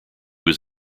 was